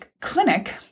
clinic